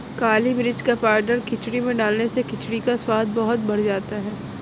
काली मिर्च का पाउडर खिचड़ी में डालने से खिचड़ी का स्वाद बहुत बढ़ जाता है